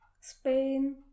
Spain